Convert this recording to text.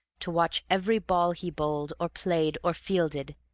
to watch every ball he bowled, or played, or fielded,